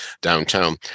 downtown